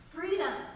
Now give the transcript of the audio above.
Freedom